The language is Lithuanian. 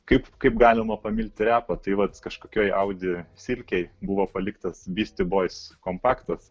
kaip kaip galima pamilti repą tai vat kažkokioj audi silkėj buvo paliktas bisti bojs kompaktas